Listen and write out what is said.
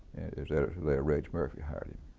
as editor there, reg murphy hired him,